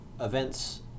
events